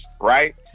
right